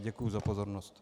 Děkuji za pozornost.